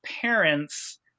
parents